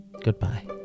Goodbye